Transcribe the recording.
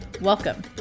Welcome